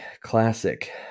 classic